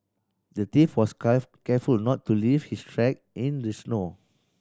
the thief was careful to not leave his track in the snow